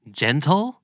gentle